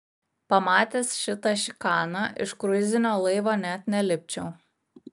pamatęs šitą šikaną iš kruizinio laivo net nelipčiau